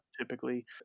typically